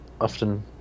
often